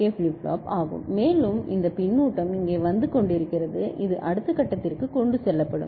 flip flop ஆகும் மேலும் இந்த பின்னூட்டம் இங்கே வந்து கொண்டிருக்கிறது இது அடுத்த கட்டத்திற்கு கொண்டு செல்லப்படும்